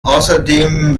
außerdem